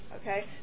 okay